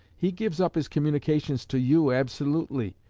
he gives up his communications to you absolutely,